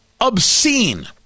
Obscene